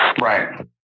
right